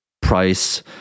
price